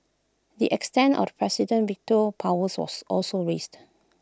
the extent of the president's veto powers was also raised